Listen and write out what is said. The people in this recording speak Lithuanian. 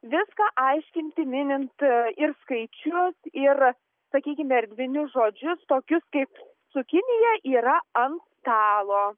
viską aiškinti minint ir skaičius ir sakykime erdvinius žodžius tokius kaip cukinija yra ant stalo